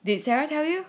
did sarah told you